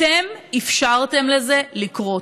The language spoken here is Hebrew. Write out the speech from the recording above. אתם אפשרתם לזה לקרות.